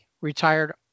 retired